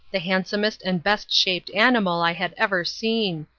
the handsomest and best-shaped animal i had ever seen.